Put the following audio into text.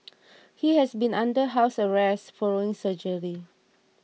he had been under house arrest following surgery